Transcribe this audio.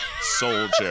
soldier